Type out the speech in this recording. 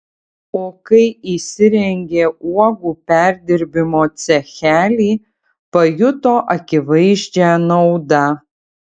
o kai įsirengė uogų perdirbimo cechelį pajuto akivaizdžią naudą